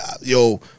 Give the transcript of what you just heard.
yo